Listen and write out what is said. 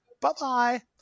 bye-bye